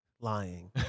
lying